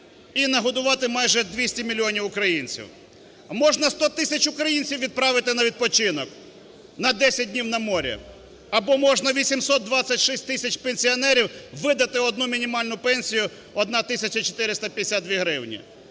і нагодувати майже 200 мільйонів українців. Можна 100 тисяч українців відправити на відпочинок на 10 днів на море або можна 826 тисячам пенсіонерів видати одну мінімальну пенсію 1 тисяча 452 гривні.